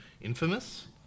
Infamous